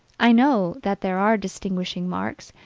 i know that there are distinguishing marks,